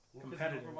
competitive